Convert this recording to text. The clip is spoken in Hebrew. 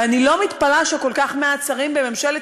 ואני לא מתפלאת שכל כך מעט שרים בממשלת